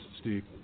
Steve